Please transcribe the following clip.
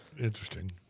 Interesting